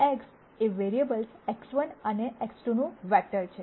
X એ variables X1 અને X2નું વેક્ટર છે